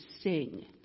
sing